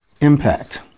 impact